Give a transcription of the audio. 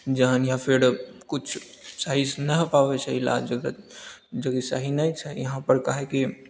जान या फेर किछु सही से नहि हो पाबैत छै इलाज जेकि सही नहि छै यहाँ पर काहेकि